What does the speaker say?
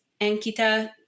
Ankita